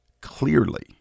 Clearly